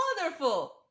wonderful